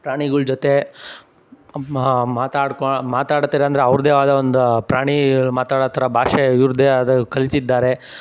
ಪ್ರಾಣಿಗಳು ಜೊತೆ ಮಾತಾಡೋಕ್ಕೆ ಮಾತಾಡ್ತೀರ ಅಂದರೆ ಅವ್ರದ್ದೇ ಆದ ಒಂದು ಪ್ರಾಣಿ ಮಾತಾಡೋ ಥರ ಭಾಷೆ ಇವ್ರದ್ದೇ ಆದ ಕಲ್ತಿದ್ದಾರೆ